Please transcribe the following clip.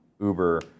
Uber